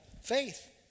Faith